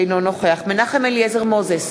אינו נוכח מנחם אליעזר מוזס,